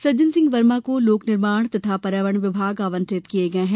सज्जन सिंह वर्मा को लोक निर्माण तथा पर्यावरण विभाग आवंटित किये गये है